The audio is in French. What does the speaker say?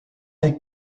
les